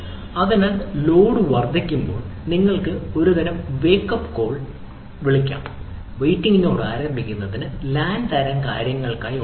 അതിനാൽ ലോഡ് വർദ്ധിക്കുമ്പോൾ നമ്മൾക്ക് ഒരുതരം വേക്ക്അപ്പ് കോൾ തരം കാര്യങ്ങൾക്കായി ഉണരുക